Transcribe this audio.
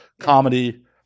comedy